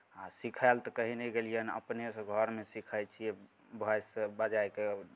आ सिखय लेल तऽ कहीँ नहि गेलियै हन अपनेसँ घरमे सीखै छियै वाइस बजाए कऽ